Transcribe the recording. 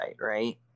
right